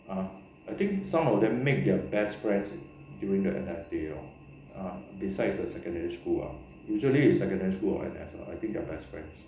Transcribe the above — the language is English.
uh I think some of them make their best friends during their N_S days lor uh besides their secondary school ah usually in secondary school or N_S I think their best friends